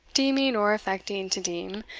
deeming, or affecting to deem,